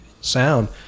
sound